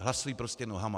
Hlasují prostě nohama.